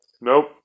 Nope